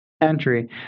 entry